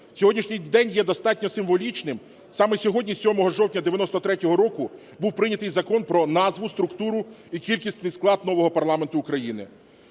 сьогоднішній день є достатньо символічним, саме сьогодні 7 жовтня 1993 року був прийнятий Закон про назву, структуру і кількісний склад нового парламенту України.